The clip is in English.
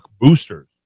boosters